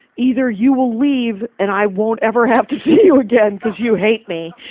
either you will leave and i won't ever have to see you again, cause you hate me.